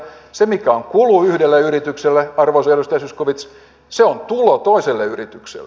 se mikä on kulu yhdelle yritykselle arvoisa edustaja zyskowicz on tulo toiselle yritykselle